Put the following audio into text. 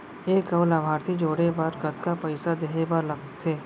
एक अऊ लाभार्थी जोड़े बर कतका पइसा देहे बर लागथे?